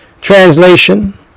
translation